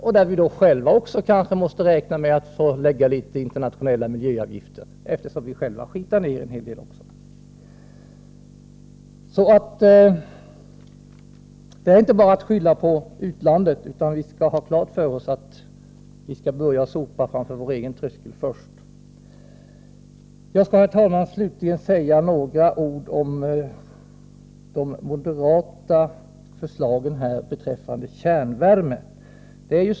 Vi måste kanske också själva räkna med att erlägga en del internationella miljöavgifter, eftersom vi själva smutsar ner en hel del. Det är inte bara att skylla på utlandet, utan vi skall ha klart för oss att vi skall börja sopa framför vår egen tröskel först. Jag skall, herr talman, slutligen säga några ord om de moderata förslagen beträffande kärnvärme.